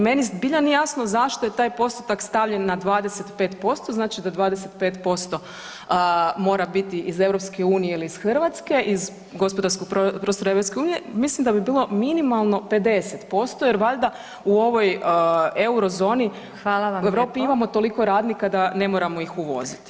Meni zbilja nije jasno zašto je taj postotak stavljen na 25%, znači do 25% mora biti iz EU ili Hrvatske, iz gospodarskog prostora EU, mislim da bi bilo minimalno 50% jer valjda u ovoj Eurozoni [[Upadica: Hvala vam lijepo]] u Europi imamo toliko radnika da ne moramo ih uvoziti.